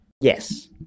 yes